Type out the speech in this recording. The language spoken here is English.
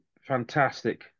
fantastic